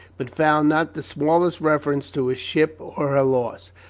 but found not the smallest reference to his ship or her loss,